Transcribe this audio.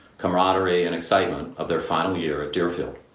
camaraderie, and excitement of their final year at deerfield.